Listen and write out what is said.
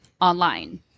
online